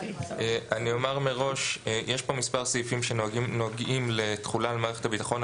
אני אומר מראש: יש פה מספר סעיפים שנוגעים לתחולה על מערכת הביטחון.